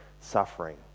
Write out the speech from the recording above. suffering